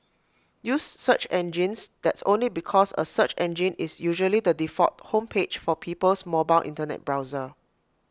use search engines that's only because A search engine is usually the default home page for people's mobile Internet browser